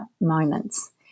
moments